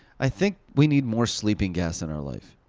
i think we need more sleeping gas in our life.